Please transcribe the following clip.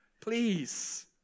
Please